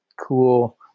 cool